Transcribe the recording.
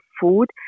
food